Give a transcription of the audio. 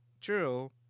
True